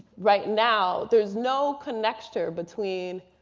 right now there is no connector between,